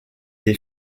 des